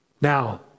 Now